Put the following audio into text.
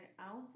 ounce